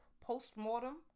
post-mortem